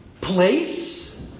place